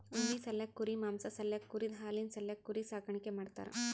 ಉಣ್ಣಿ ಸಾಲ್ಯಾಕ್ ಕುರಿ ಮಾಂಸಾ ಸಾಲ್ಯಾಕ್ ಕುರಿದ್ ಹಾಲಿನ್ ಸಾಲ್ಯಾಕ್ ಕುರಿ ಸಾಕಾಣಿಕೆ ಮಾಡ್ತಾರಾ